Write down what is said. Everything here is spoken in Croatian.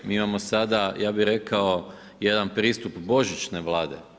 Mi imamo sada ja bih rekao jedan pristup božićne Vlade.